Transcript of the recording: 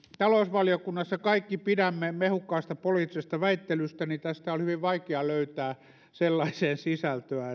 talousvaliokunnassa kaikki pidämme mehukkaasta poliittisesta väittelystä niin tästä oli hyvin vaikea löytää sellaiseen sisältöä